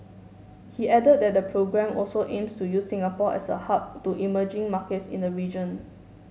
he added that the programme also aims to use Singapore as a hub to emerging markets in the region